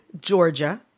Georgia